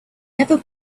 never